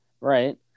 Right